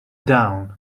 down